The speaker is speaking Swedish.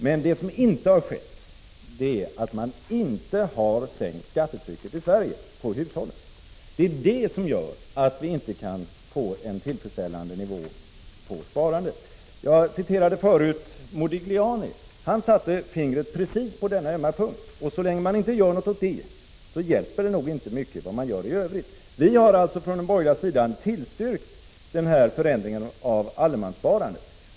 Men det som inte har skett är att man har sänkt skattetrycket på hushållen i Sverige. Det är det som gör att vi inte kan få en tillfredsställande nivå på sparandet. Jag citerade förut Modigliani. Han satte fingret precis på denna ömma punkt. Så länge man inte gör något åt detta, så hjälper det nog inte mycket vad man gör i övrigt. Vi har alltså från den borgerliga sidan tillstyrkt den här förändringen av allemanssparandet.